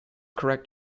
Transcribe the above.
correct